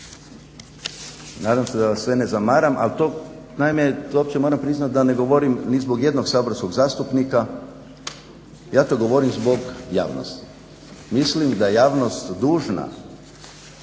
Nadam se da vas sve ne zamaram, ali to naime to uopće moram priznati da ne govorim ni zbog jednog saborskog zastupnika. Ja to govorim zbog javnosti. Mislim da je javnost dužna